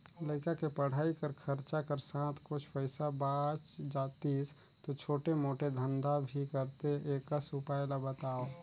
लइका के पढ़ाई कर खरचा कर साथ कुछ पईसा बाच जातिस तो छोटे मोटे धंधा भी करते एकस उपाय ला बताव?